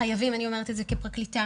אני אומרת כפרקליטה